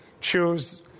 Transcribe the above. choose